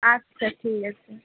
আচ্ছা ঠিক আছে